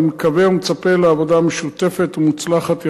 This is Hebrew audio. אני מקווה ומצפה לעבודה משותפת ומוצלחת יחדיו.